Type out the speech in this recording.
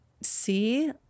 see